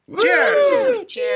Cheers